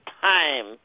time